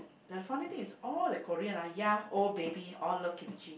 the funny thing is all the Korean ah young old baby all love kimchi